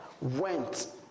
went